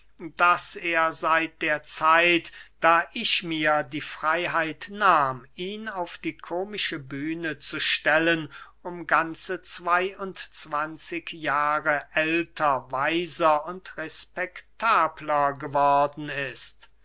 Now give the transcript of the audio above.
daß er seit der zeit da ich mir die freyheit nahm ihn auf die komische bühne zu stellen um ganze zwey und zwanzig jahre älter weiser und respektabler geworden ist